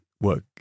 work